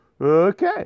Okay